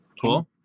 Cool